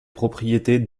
propriétés